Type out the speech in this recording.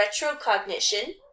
retrocognition